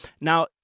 Now